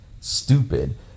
Stupid